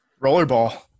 rollerball